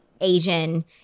Asian